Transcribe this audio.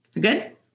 Good